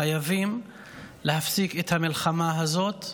חייבים להפסיק את המלחמה הזאת,